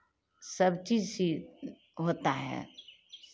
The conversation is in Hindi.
सब चीज़ सी होता है